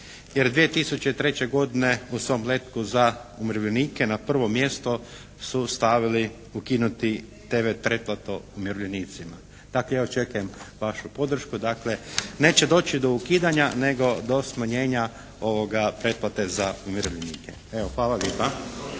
jer 2003. godine u svom letku za umirovljenike na prvo mjesto su stavili ukinuti TV pretplatu umirovljenicima. Dakle ja očekujem vašu podršku, dakle neće doći do ukidanja nego do smanjenja pretplate za umirovljenike. Evo, hvala lijepa.